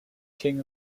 king